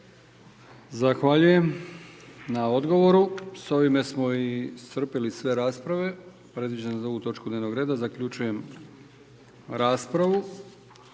Zahvaljujem na odgovoru. S ovime smo i iscrpili sve rasprave predviđene za ovu točku dnevnog reda. Zaključujem raspravu.